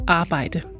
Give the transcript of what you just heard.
arbejde